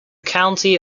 county